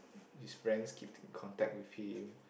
his friends keep in contact with him